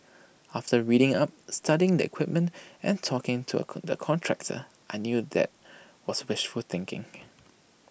after reading up studying the equipment and talking to A the contractor I knew that was wishful thinking